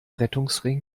rettungsring